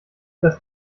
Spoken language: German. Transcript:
das